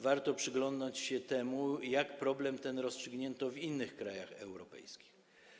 Warto przyglądnąć się temu, jak ten problem rozstrzygnięto w innych krajach europejskich.